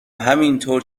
همینطور